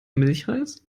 milchreis